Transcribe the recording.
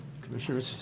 Commissioner